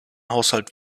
haushalt